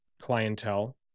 clientele